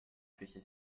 küche